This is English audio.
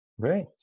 Great